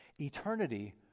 Eternity